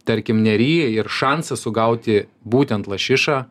tarkim nery ir šansas sugauti būtent lašišą